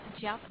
Jeff